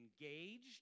engaged